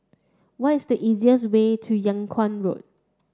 what is the easiest way to Yung Kuang Road